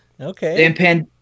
Okay